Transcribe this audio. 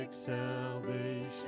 salvation